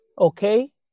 Okay